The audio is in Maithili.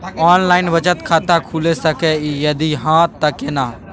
ऑनलाइन बचत खाता खुलै सकै इ, यदि हाँ त केना?